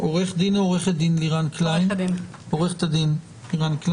נמצאים איתנו מהמשרד לביטחון פנים עורכת הדין לירן קליין,